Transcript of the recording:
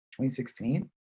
2016